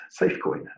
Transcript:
safecoin